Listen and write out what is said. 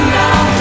now